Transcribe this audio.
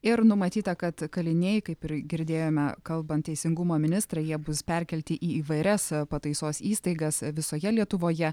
ir numatyta kad kaliniai kaip ir girdėjome kalbant teisingumo ministrą jie bus perkelti į įvairias pataisos įstaigas visoje lietuvoje